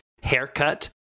haircut